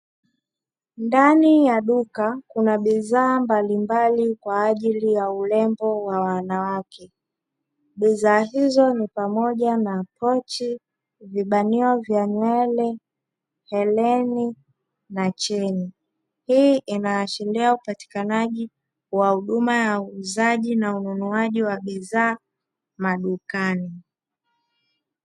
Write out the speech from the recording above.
Ndani ya duka kuna bidhaa mbalimbali kwa ajili ya urembo wa wanawake bidhaa hizo ni pamoja na pochi, vibanio vya nywele, hereni na cheni. Hii inaashiria upatikanaji wa huduma ya uuzaji na ununuaji wa bidhaa madukani.